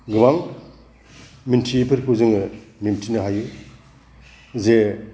गोबां मिन्थियिफोरखौ जोङो मिन्थिनो हायो जे